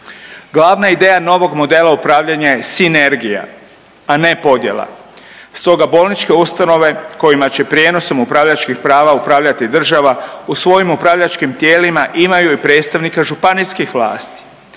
Glavna ideja novog modela upravljanja je sinergija, a ne podjela. Stoga bolničke ustanove kojima će prijenosom upravljačkih prava upravljati država u svojim upravljačkim tijelima imaju i predstavnika županijskih vlasti.